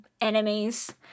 enemies